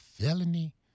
felony